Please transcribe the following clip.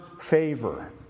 favor